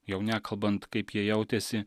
jau nekalbant kaip jie jautėsi